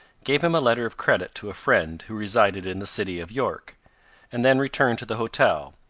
gave him a letter of credit to a friend who resided in the city of york and then returned to the hotel,